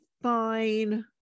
Fine